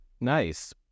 Nice